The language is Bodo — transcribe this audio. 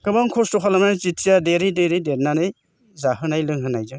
गोबां खस्थ' खालामनानै जेथिया देरै देरै देरनानै जाहोनाय लोंहोनायजों